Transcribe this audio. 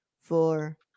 four